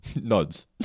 Nods